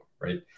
Right